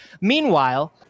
Meanwhile